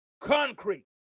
concrete